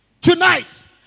Tonight